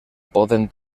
poden